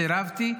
סירבתי,